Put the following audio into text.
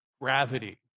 gravity